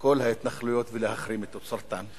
את כל ההתנחלויות ולהחרים את תוצרתן.